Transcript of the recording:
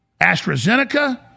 AstraZeneca